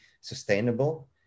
sustainable